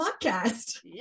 podcast